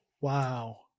Wow